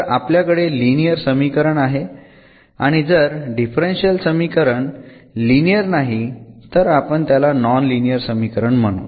तर आपल्याकडे लिनियर समीकरण आहे आणि जर डिफरन्शियल समीकरण लिनियर नाही तर आपण त्याला नॉन लिनियर समीकरण म्हणू